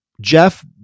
Jeff